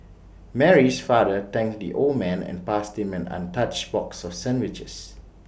Mary's father thanked the old man and passed him an untouched box of sandwiches